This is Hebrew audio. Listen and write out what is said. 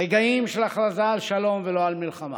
רגעים של הכרזה על שלום ולא על מלחמה,